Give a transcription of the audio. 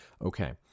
okay